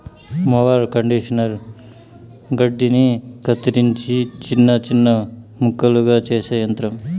mower conditioner గడ్డిని కత్తిరించి చిన్న చిన్న ముక్కలుగా చేసే యంత్రం